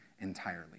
entirely